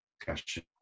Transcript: discussion